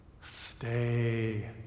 stay